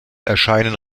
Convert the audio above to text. erscheinen